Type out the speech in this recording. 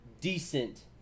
decent